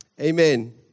Amen